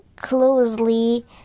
closely